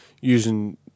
using